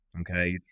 Okay